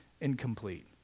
incomplete